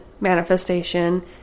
manifestation